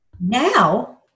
Now